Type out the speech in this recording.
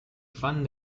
fan